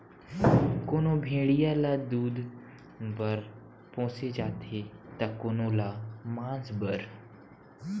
कोनो भेड़िया ल दूद बर पोसे जाथे त कोनो ल मांस बर